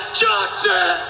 johnson